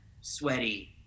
sweaty